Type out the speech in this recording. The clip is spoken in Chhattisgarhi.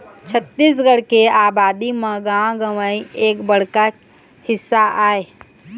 छत्तीसगढ़ के अबादी म गाँव गंवई एक बड़का हिस्सा आय